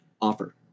offer